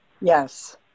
Yes